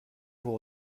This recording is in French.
vos